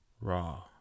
raw